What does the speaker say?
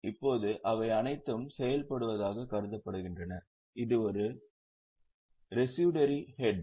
இப்போது அவை அனைத்தும் செயல்படுவதாக கருதப்படுகின்றன இது ஒரு ரெசிடவரி ஹெட்